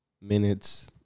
minutes